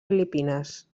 filipines